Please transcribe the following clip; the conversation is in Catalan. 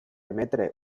emetre